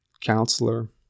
counselor